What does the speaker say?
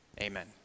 Amen